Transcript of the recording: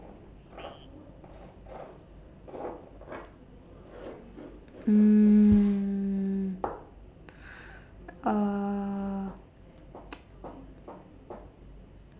mm uh